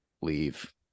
leave